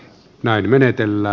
näin menetellä